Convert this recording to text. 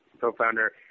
co-founder